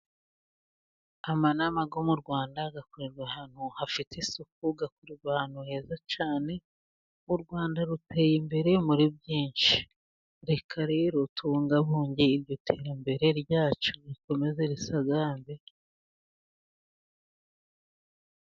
Amana yo mu rwanda agakorerwa ahantu hafite isuku, akorwa ahantu heza cyane, urwanda ruteye imbere muri byinshi, reka rero tubungabunge iryo terambere ryacu rikomeze risazagambe.